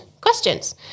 questions